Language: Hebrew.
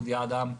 אודי אדם.